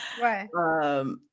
Right